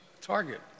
target